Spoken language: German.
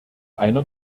einer